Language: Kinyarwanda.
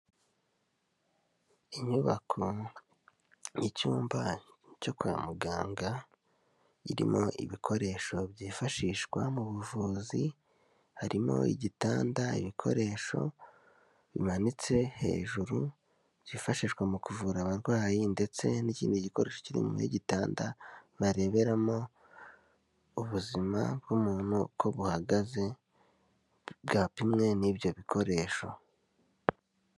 Inyubako y'icyumba cyo kwa muganga irimo ibikoresho byifashishwa mu buvuzi, harimo igitanda, ibikoresho bimanitse hejuru byifashishwa mu kuvura abarwayi ndetse n'ikindi gikoresho kiri inyuma y'igitanda bareberamo ubuzima bw'umuntu uko buhagaze bwapimwe n'ibyo bikoresho.